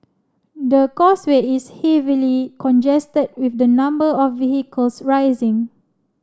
the causeway is heavily congested with the number of vehicles rising